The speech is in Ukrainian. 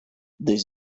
десь